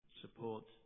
support